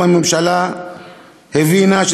גם הממשלה הבינה,